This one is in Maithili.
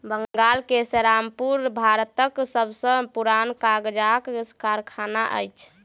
बंगाल के सेरामपुर भारतक सब सॅ पुरान कागजक कारखाना अछि